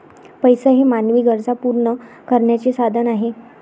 पैसा हे मानवी गरजा पूर्ण करण्याचे साधन आहे